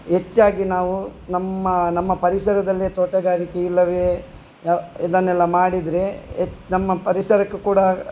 ಹೆಚ್ಚಾಗಿ ನಾವು ನಮ್ಮ ನಮ್ಮ ಪರಿಸರದಲ್ಲೇ ತೋಟಗಾರಿಕೆ ಇಲ್ಲವೇ ಯಾ ಇದನ್ನೆಲ್ಲ ಮಾಡಿದರೆ ಎ ನಮ್ಮ ಪರಿಸರಕ್ಕೂ ಕೂಡ